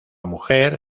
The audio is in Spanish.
mujer